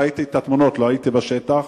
ראיתי את התמונות, לא הייתי בשטח,